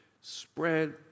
Spread